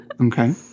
Okay